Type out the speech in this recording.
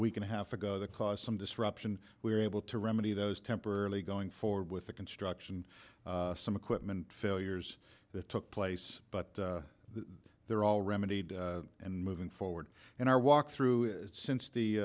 week and a half ago the cause some disruption we were able to remedy those temporarily going forward with the construction some equipment failures that took place but they're all remedied and moving forward in our walk through since